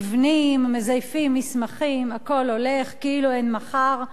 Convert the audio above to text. מבנים, מזייפים מסמכים הכול הולך, כאילו אין מחר.